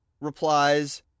replies